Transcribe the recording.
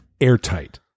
Airtight